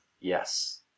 Yes